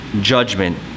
judgment